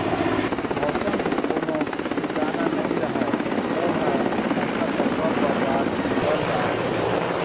मउसम के कोनो ठिकाना नइ रहय ओ ह फसल ल कब बरबाद कर डारही